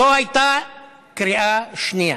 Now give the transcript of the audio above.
זו הייתה קריאה שנייה.